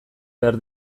behar